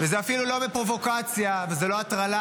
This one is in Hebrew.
וזה אפילו לא בפרובוקציה וזאת לא הטרלה,